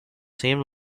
same